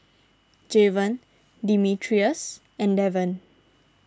Javon Demetrius and Devan